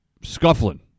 scuffling